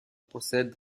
procède